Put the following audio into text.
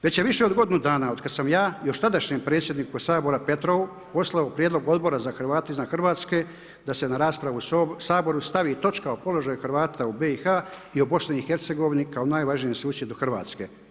Već je više od godinu dana od kad sam ja još tadašnjem predsjedniku Sabora Petrovu poslao prijedlog Odbora za Hrvate izvan Hrvatske, da se na raspravu u Saboru stavi točka o položaju Hrvata u BIH i u Bosni i Hercegovini kao najvažnijem susjedu Hrvatske.